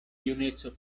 juneco